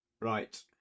right